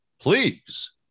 Please